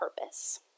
purpose